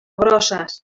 grosses